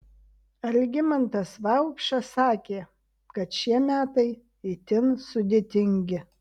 algimantas vaupšas sakė kad šie metai itin sudėtingi